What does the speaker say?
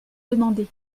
demandé